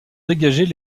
dégager